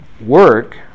work